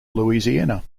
louisiana